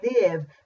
live